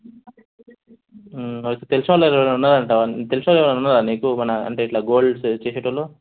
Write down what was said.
అదే తెలిసినోళ్ళు ఎవరైనా ఉన్నారంటావా తెలిసినోళ్ళు ఎవరైనా ఉన్నారా నీకు మన అంటే ఇట్లా గోల్డ్స్ చేసేటోళ్ళు